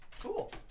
Cool